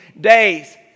days